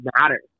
matter